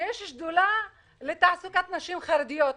שיש שדולה לתעסוקת נשים חרדיות.